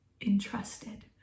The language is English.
Entrusted